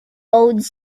old